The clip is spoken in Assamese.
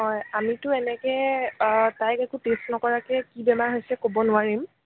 হয় আমিতো এনেকৈ তাইক একো ট্ৰিট নকৰাকৈ কি বেমাৰ হৈছে ক'ব নোৱাৰিম